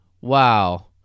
Wow